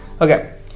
Okay